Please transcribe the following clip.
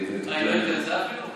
מה, היא לא התכנסה אפילו?